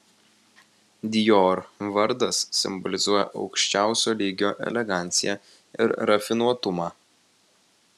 dior vardas simbolizuoja aukščiausio lygio eleganciją ir rafinuotumą